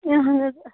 اہن حَظ